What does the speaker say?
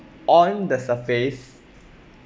on the surface